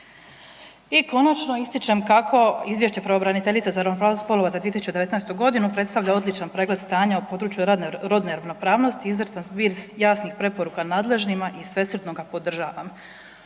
I konačno ističem kako Izvješće pravobraniteljice za ravnopravnost spolova za 2019. godinu predstavlja odličan pregled stanja u području rodne ravnopravnosti, izvrstan zbir jasnih preporuka nadležnima i svesrdno ga podržavam.